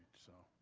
so,